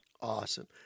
Awesome